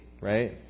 right